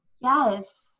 Yes